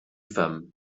femme